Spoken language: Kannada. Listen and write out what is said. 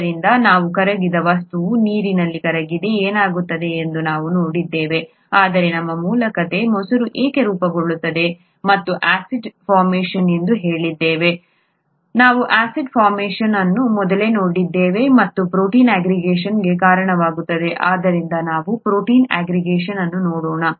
ಆದ್ದರಿಂದ ನಾವು ಕರಗಿದ ವಸ್ತುವು ನೀರಿನಲ್ಲಿ ಕರಗಿದಾಗ ಏನಾಗುತ್ತದೆ ಎಂದು ನಾವು ನೋಡಿದ್ದೇವೆ ಆದರೆ ನಮ್ಮ ಮೂಲ ಕಥೆ ಮೊಸರು ಏಕೆ ರೂಪುಗೊಳ್ಳುತ್ತದೆ ಮತ್ತು ಆಸಿಡ್ ಫಾರ್ಮೇಶನ್ ಎಂದು ನಾವು ಹೇಳಿದ್ದೇವೆ ನಾವು ಆಸಿಡ್ ಫಾರ್ಮೇಶನ್ ಅನ್ನು ಮೊದಲೇ ನೋಡಿದ್ದೇವೆ ಮತ್ತು ಪ್ರೋಟೀನ್ ಆಗ್ರಿಗೇಷನ್ಗೆ ಕಾರಣವಾಗುತ್ತದೆ ಆದ್ದರಿಂದ ನಾವು ಪ್ರೋಟೀನ್ ಆಗ್ರಿಗೇಷನ್ ಅನ್ನು ನೋಡೋಣ